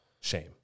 shame